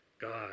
God